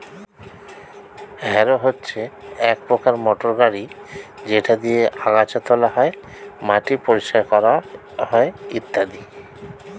harrow হচ্ছে এক প্রকার মোটর গাড়ি যেটা দিয়ে আগাছা তোলা হয়, মাটি পরিষ্কার করা হয় ইত্যাদি